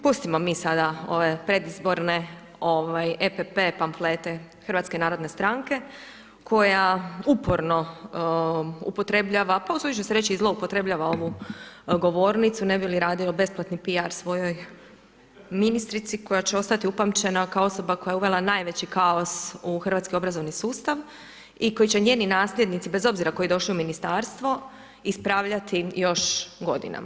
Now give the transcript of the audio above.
Pustimo mi sada ove predizborne EPP pamflete HNS-a koja uporno upotrebljava, pa usuditi ću se reći i zloupotrebljava ovu govornicu ne bi li radio besplatni PR svojoj ministrici koja će ostati upamćena kao osoba koja je uvela najveći kaos u hrvatski obrazovni sustav i koji će njeni nasljednici bez obzira tko je došao u ministarstvo ispravljati još godinama.